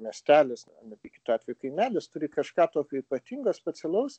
miestelis net kitu atveju kaimelis turi kažką tokio ypatingo specialaus